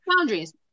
boundaries